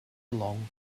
along